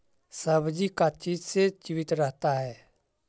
सब्जी का चीज से जीवित रहता है?